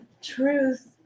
truth